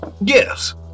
Yes